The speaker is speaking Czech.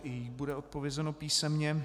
I jí bude odpovězeno písemně.